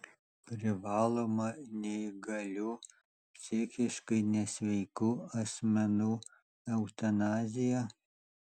privaloma neįgalių psichiškai nesveikų asmenų eutanazija